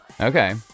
okay